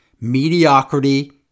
mediocrity